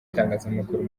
itangazamakuru